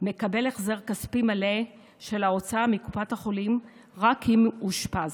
מקבל החזר כספי מלא של ההוצאה מקופת החולים רק אם אושפז,